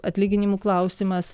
atlyginimų klausimas